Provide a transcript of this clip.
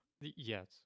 Yes